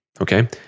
okay